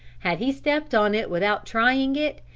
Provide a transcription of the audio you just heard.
had he stepped on it without trying it,